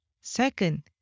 Second